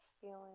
feeling